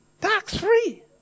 Tax-free